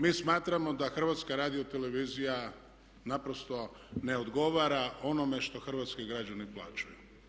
Mi smatramo da HRT naprosto ne odgovara onome što hrvatski građani plaćaju.